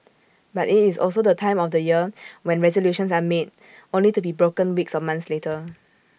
but IT is also the time of year when resolutions are made only to be broken weeks or months later